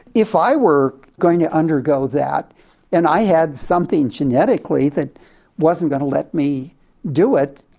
if i were going to undergo that and i had something genetically that wasn't going to let me do it,